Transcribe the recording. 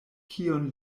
kion